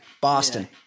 Boston